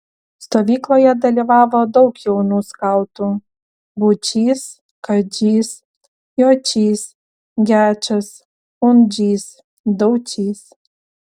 stovykloje dalyvavo daug jaunų skautų būčys kadžys jočys gečas undžys daučys